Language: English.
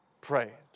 prayed